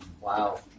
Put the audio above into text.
Wow